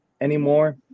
anymore